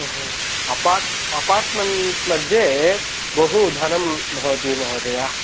ओहो apart apartment मध्ये बहु धनं भवति महोदय